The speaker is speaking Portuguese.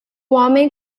homem